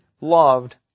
loved